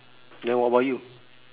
then what about you